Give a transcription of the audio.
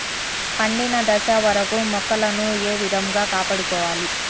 పండిన దశ వరకు మొక్కలను ఏ విధంగా కాపాడుకోవాలి?